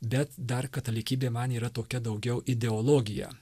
bet dar katalikybė man yra tokia daugiau ideologija